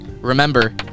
Remember